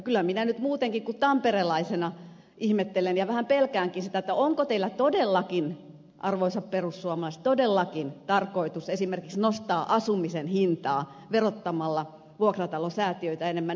kyllä minä nyt muutenkin kuin tamperelaisena ihmettelen ja vähän pelkäänkin sitä onko teillä todellakin arvoisat perussuomalaiset tarkoitus esimerkiksi nostaa asumisen hintaa verottamalla vuokratalosäätiöitä enemmän